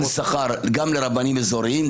יהיה עדכון שכר גם לרבנים אזוריים,